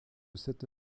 cette